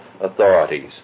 authorities